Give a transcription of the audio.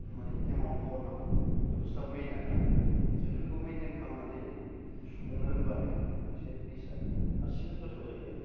मानि एमाउन्ट हरनांगौ बे बुसथुआ मेइन आरोना जुदि बेखौ मेइनटेइन खालामनानै संनो रोंबानो मोनसे डिशआ हारसिङैनो गोथाव जायो आरो